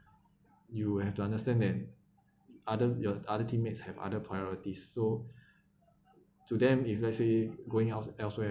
you have to understand that other your other teammates have other priorities so to them if let's say going out elsewhere